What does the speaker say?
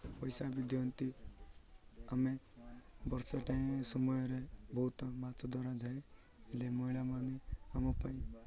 ପଇସା ବି ଦିଅନ୍ତି ଆମେ ବର୍ଷାଟାଏ ସମୟରେ ବହୁତ ମାଛ ଧରାଯାଏ ହେଲେ ମହିଳାମାନେ ଆମ ପାଇଁ